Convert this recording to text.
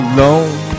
Alone